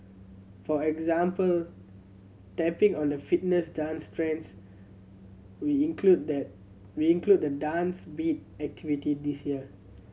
for example tapping on the fitness dance trends we included that we included the Dance Beat activity this year